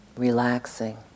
Relaxing